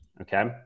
Okay